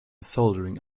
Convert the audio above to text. soldering